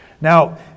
Now